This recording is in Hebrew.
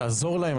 תעזור להם,